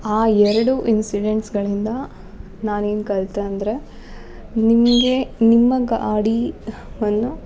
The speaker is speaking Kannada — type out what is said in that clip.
ಆ ಎರಡೂ ಇನ್ಸಿಡೆನ್ಸ್ಗಳಿಂದ ನಾನು ಏನು ಕಲಿತೆ ಅಂದರೆ ನಿಮಗೆ ನಿಮ್ಮ ಗಾಡಿ ಅನ್ನು